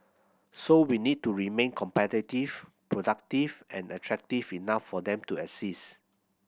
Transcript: so we need to remain competitive productive and attractive enough for them to exist